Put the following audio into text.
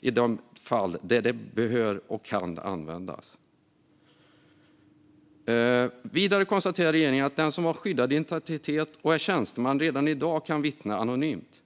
i de fall där det bör och kan användas. Vidare konstaterar regeringen att den som har skyddad identitet och är tjänsteman redan i dag kan vittna anonymt.